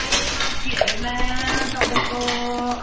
अहिले सब्जीहरूमा तपाईँको